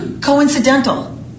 coincidental